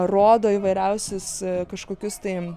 rodo įvairiausius kažkokius tai